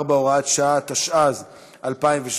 (תיקון מס' 4,